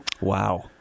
wow